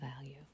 value